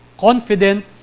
Confident